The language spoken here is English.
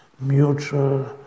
mutual